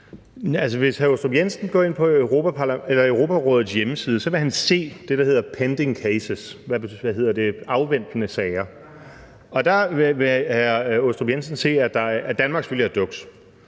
Michael Aastrup Jensen går ind på Europarådets hjemmeside, vil han se det, der hedder pending cases, dvs. afventende sager, og der vil hr. Michael Aastrup Jensen se, at Danmark selvfølgelig er duks,